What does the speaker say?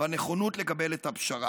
בנכונות לקבל את הפשרה.